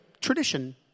tradition